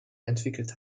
entwickelt